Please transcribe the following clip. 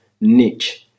niche